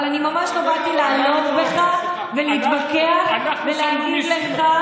אבל אני ממש לא באתי לעלוב בך ולהתווכח ולהגיד לך,